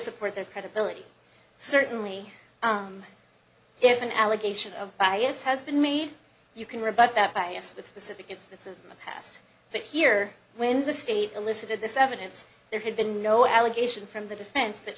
support their credibility certainly if an allegation of bias has been made you can rebut that bias with specific instances in the past but here when the state elicited this evidence there had been no allegation from the defense